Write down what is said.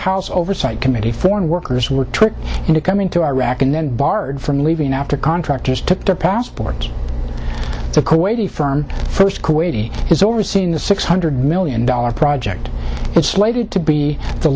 house oversight committee foreign workers were tricked into coming to iraq and then barred from leaving after contractors took their passports the kuwaiti firm first kuwaiti is overseeing the six hundred million dollars project it slated to be the